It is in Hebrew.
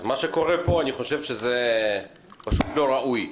אז מה שקורה פה אני חושב שזה פשוט לא ראוי,